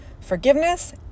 Forgiveness